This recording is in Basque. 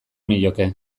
nioke